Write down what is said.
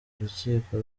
urukiko